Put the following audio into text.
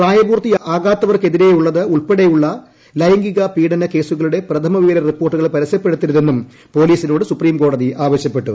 പ്രായപൂർത്തിയാകാത്തവർക്കെതിരെയുള്ളത് ഉൾപ്പെടെയുള്ള ലൈംഗിക പീഡന കേസുകളുടെ പ്രഥമ വിവര റിപ്പോർട്ടുകൾ പരസ്യപ്പെടുത്തരുതെന്നും പ്പൊലീസിനോട് സുപ്രീംകോടതി ആവശ്യപ്പെട്ടു